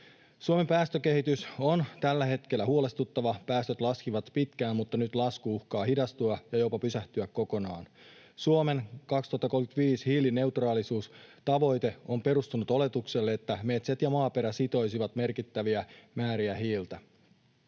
Suomen päästökehitys on tällä hetkellä huolestuttava. Päästöt laskivat pitkään, mutta nyt lasku uhkaa hidastua ja jopa pysähtyä kokonaan. Suomen 2035-hiilineutraalisuustavoite on perustunut oletukselle, että metsät ja maaperä sitoisivat merkittäviä määriä hiiltä.